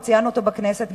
וציינו אותו בכנסת,